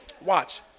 Watch